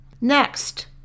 Next